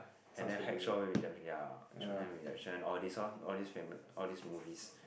and then ya all these ah all these all these movies